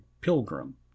Pilgrim